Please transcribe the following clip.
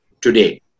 today